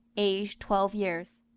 aged twelve years.